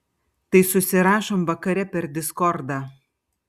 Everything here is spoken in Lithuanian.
tai susirašom vakare per diskordą